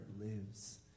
lives